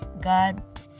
God